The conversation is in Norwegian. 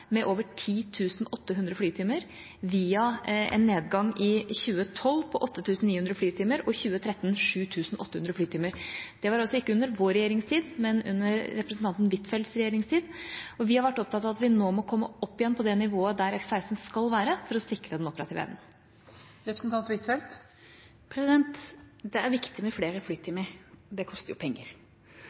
med over 10 800 flytimer, via en nedgang i 2012 på 8 900 flytimer og i 2013 på 7 800 flytimer. Det var altså ikke under vår regjeringstid, men under representanten Huitfeldts regjeringstid. Vi har vært opptatt av at vi nå må komme opp igjen på det nivået der F-16 skal være, for å sikre den operative evnen. Det er viktig med flere flytimer, men det koster jo penger.